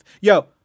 Yo